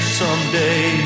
someday